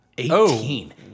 Eighteen